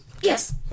Yes